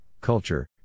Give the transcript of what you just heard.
culture